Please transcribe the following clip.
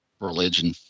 religion